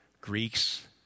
Greeks